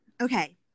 Okay